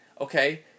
Okay